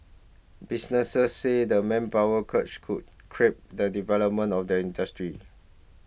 businesses said the manpower crunch could crimp the development of the industry